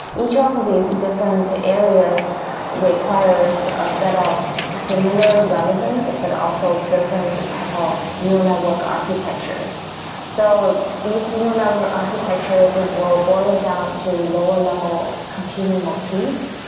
each um of these different areas requires a set of similar relevant, but also different type of neural network architectures so these neural network architectures will boil down to lower-level computing motifs.